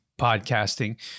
podcasting